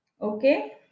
Okay